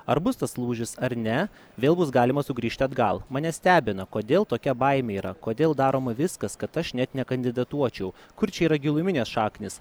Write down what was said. ar bus tas lūžis ar ne vėl bus galima sugrįžti atgal mane stebina kodėl tokia baimė yra kodėl daroma viskas kad aš net nekandidatuočiau kur čia yra giluminės šaknys